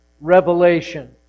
revelation